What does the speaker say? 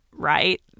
right